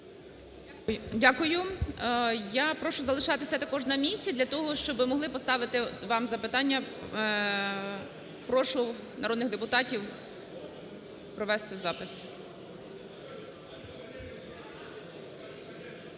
Дякую. Я прошу залишатися також на місці для того, щоби могли поставити вам запитання. Прошу народних депутатів провести запис.